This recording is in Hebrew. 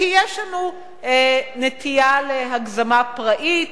כי יש לנו נטייה להגזמה פראית,